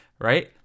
right